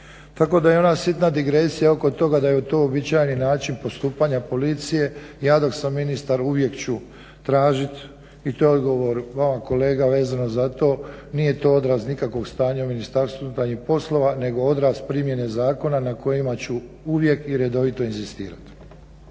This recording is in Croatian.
Tako da je i ona sitna digresija oko toga da je to uobičajeni način postupanja Policije ja dok sam ministar uvijek ću tražiti i to je odgovor vama kolega vezano za to, nije to odraz nikakvog stanja u Ministarstvu unutarnjih poslova nego odraz primjene zakona na kojima ću uvijek i redovito inzistirati.